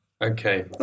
Okay